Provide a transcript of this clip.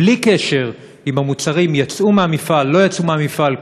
בלי קשר אם המוצרים יצאו מהמפעל או לא יצאו מהמפעל,